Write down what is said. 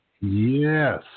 Yes